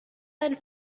del